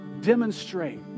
demonstrate